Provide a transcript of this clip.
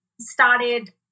started